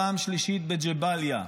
פעם שלישית בג'באליה?